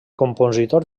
compositor